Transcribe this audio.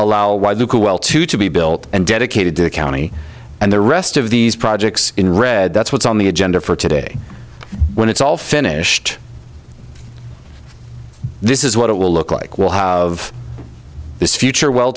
to be built and dedicated to county and the rest of these projects in red that's what's on the agenda for today when it's all finished this is what it will look like we'll have of this future well